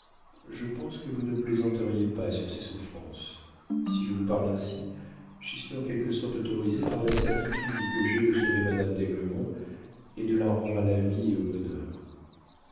je pense que vous ne plaisanteriez pas sur ses souffrances si je vous parle ainsi j'y suis en quelque sorte autorisé par la certitude que j'ai de sauver madame d'aiglemont et de la rendre à la vie et au bonheur